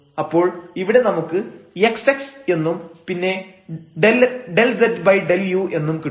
അപ്പോൾ ഇവിടെ നമുക്ക് xx എന്നും പിന്നെ ∂z ∂u എന്നും കിട്ടും